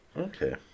Okay